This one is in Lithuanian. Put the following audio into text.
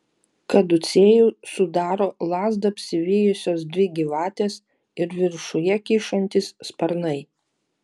kaducėjų sudaro lazdą apsivijusios dvi gyvatės ir viršuje kyšantys sparnai